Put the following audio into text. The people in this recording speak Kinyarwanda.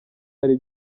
ari